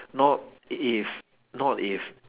not if not if